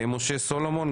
משה סולומון,